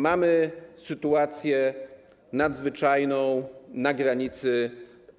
Mamy sytuację nadzwyczajną na granicy